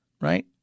right